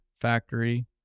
factory